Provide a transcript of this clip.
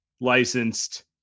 licensed